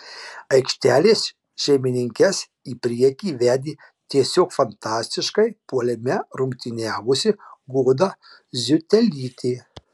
aikštelės šeimininkes į priekį vedė tiesiog fantastiškai puolime rungtyniavusi goda ziutelytė